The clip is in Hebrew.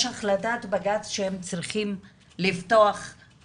יש החלטת בג"צ שם צריכים לפתוח.